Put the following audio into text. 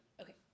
Okay